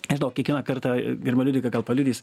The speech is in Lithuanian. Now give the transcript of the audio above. nežinau kiekvieną kartą gerbiama liudvika gal paliudys